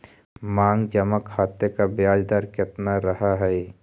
मांग जमा खाते का ब्याज दर केतना रहअ हई